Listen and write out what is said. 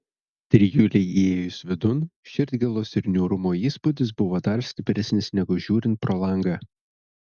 trijulei įėjus vidun širdgėlos ir niūrumo įspūdis buvo dar stipresnis negu žiūrint pro langą